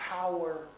power